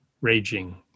raging